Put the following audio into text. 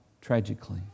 tragically